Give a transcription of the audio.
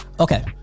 Okay